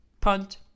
punt